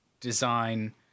design